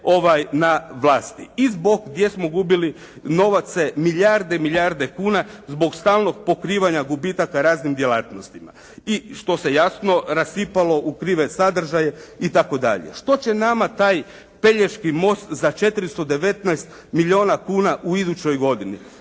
na vlasti. I zbog gdje smo gubili novce, milijarde i milijarde kuna zbog stalnog pokrivanja gubitaka raznim djelatnostima i što se jasno rasipalo u krive sadržaje i tako dalje. Što će nama taj Pelješki most za 419 milijuna kuna u idućoj godini.